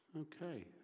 Okay